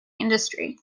industry